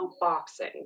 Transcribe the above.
boxing